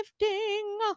Lifting